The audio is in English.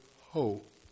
hope